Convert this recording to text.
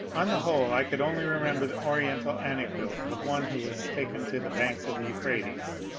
on the whole i could only remember the oriental anecdote of one who was taken to the banks of the euphrates,